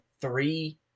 three